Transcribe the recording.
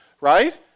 right